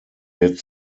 wird